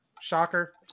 Shocker